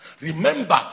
Remember